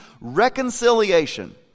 reconciliation